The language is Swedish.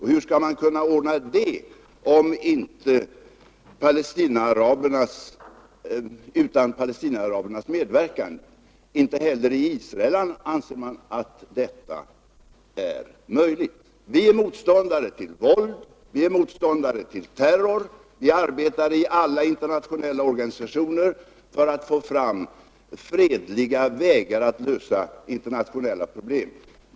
Hur skall man ordna det utan Palestinaarabernas medverkan? Inte heller i Israel anser man att detta är möjligt Vi är motståndare till våld och till terror. Vi arbetar i alla internationella organisationer för att få fram fredliga vägar att lösa internationella problem.